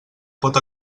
pot